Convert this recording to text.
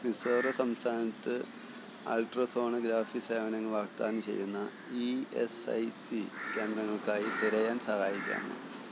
മിസോറാം സംസ്ഥാനത്ത് അൾട്രാസോണോഗ്രാഫി സേവനങ്ങൾ വാഗ്ദാനം ചെയ്യുന്ന ഇ എസ് ഐ സി കേന്ദ്രങ്ങൾക്കായി തിരയാൻ സഹായിക്കാമോ